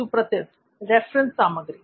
सुप्रतिप reference सामग्री